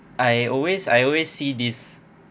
I always I always see this